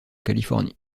californie